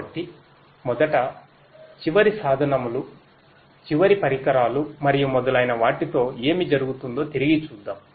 కాబట్టి మొదట చివరి సాధనములు చివరి పరికరాలు మరియు మొదలైన వాటితో ఏమి జరుగుతుందో తిరిగి చూద్దాం